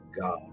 God